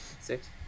Six